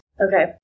Okay